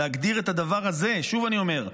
להגדיר את הדבר הזה, שוב אני אומר,